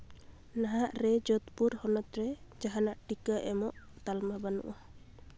ᱱᱟᱦᱟᱜ ᱨᱮ ᱡᱳᱫᱷᱯᱩᱨ ᱦᱚᱱᱚᱛ ᱨᱮ ᱡᱟᱦᱟᱱᱟᱜ ᱴᱤᱠᱟᱹ ᱮᱢᱚᱜ ᱛᱟᱞᱢᱟ ᱵᱟᱹᱱᱩᱜᱼᱟ